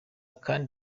kandi